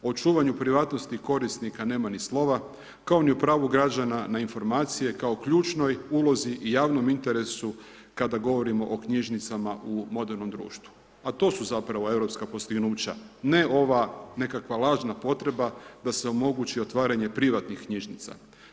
O očuvanju privatnosti korisnika nema ni slova kao ni u pravu građana na informacije kao ključnoj ulozi i javnom interesu kada govorimo o knjižnicama u modernom društvu a to su zapravo europska postignuća ne ova nekakva lažna potreba da se omogući otvaranje privatnih knjižnica.